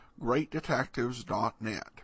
greatdetectives.net